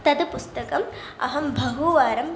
तद् पुस्तकम् अहं बहुवारं